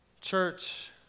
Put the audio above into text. Church